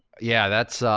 yeah, that's,